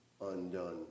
undone